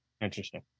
Interesting